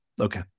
okay